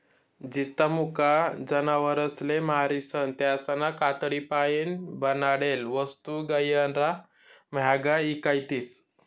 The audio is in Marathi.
जित्ता मुका जनावरसले मारीसन त्यासना कातडीपाईन बनाडेल वस्तू गैयरा म्हांग्या ईकावतीस